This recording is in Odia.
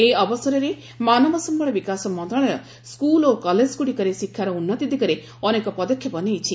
ଏହି ଅବସରରେ ମାନବ ସମ୍ଭଳ ବିକାଶ ମନ୍ତ୍ରଣାଳୟ ସ୍କୁଲ୍ ଓ କଲେଜ୍ଗୁଡ଼ିକରେ ଶିକ୍ଷାର ଉନ୍ନତି ଦିଗରେ ଅନେକ ପଦକ୍ଷେପ ନେଇଛି